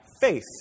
faith